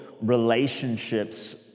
relationships